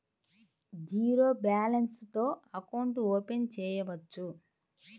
Zero balance తో account open చేయవచ్చు?